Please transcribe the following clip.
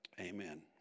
amen